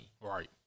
Right